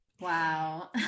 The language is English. wow